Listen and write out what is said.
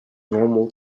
normal